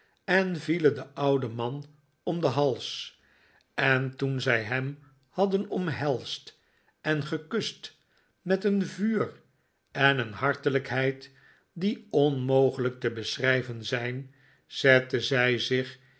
en vielen den ouden man om den hals en toen zij hem hadden omhelsd en gekust met een vuur en een hartelijkheid die onmogelijk te beschrijyen zijn zetten zij zich